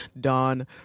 Don